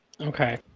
okay